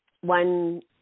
one